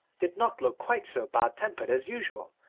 did not look quite so bad-tempered as usual,